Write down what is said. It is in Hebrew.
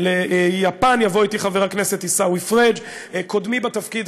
ליפן יבוא אתי חבר הכנסת עיסאווי פריג'; קודמי בתפקיד,